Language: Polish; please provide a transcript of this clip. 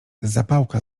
zapałka